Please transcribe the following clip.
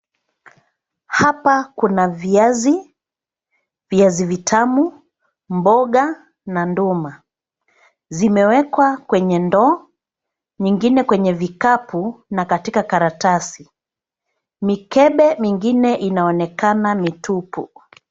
Hapa kuna viazi, viazi vitamu, mboga na nduma. Zimewekwa kwenye ndoo, mingine kwenye vikapu na katika karatasi. Mikebe mingine inaonekana mitupu.